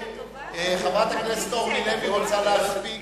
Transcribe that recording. חברת הכנסת אורלי לוי רוצה להספיק,